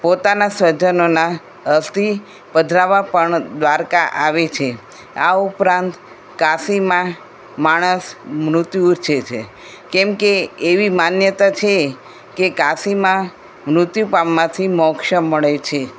પોતાના સ્વજનોના અસ્થી પધરાવવા પણ દ્વારકા આવે છે આ ઉપરાંત કાશીમાં માણસ મૃત્યુ ઈચ્છે છે કેમકે એવી માન્યતા છે કે કાશીમાં મૃત્યુ પામવાથી મોક્ષ મળે છે